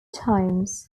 times